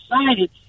excited